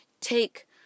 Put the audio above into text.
take